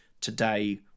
today